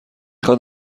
خواد